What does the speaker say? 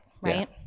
right